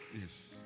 Yes